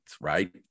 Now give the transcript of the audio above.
right